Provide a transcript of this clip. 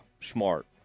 Smart